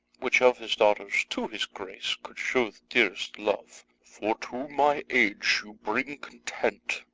which of his daughters to his grace could shew the dearest love for to my age you bring content,